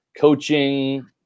coaching